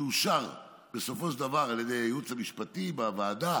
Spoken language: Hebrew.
שאושר בסופו של דבר על ידי הייעוץ המשפטי בוועדה,